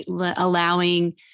allowing